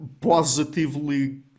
positively